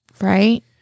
Right